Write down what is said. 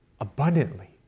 abundantly